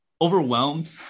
overwhelmed